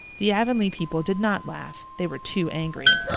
the avonlea people did not laugh they were too angry.